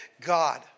God